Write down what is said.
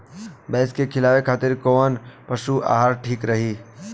भैंस के खिलावे खातिर कोवन पशु आहार ठीक रही?